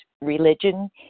religion